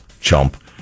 Chump